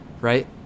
right